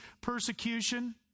persecution